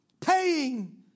paying